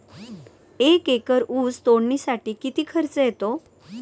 एक एकर ऊस तोडणीसाठी किती खर्च येतो?